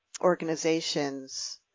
organizations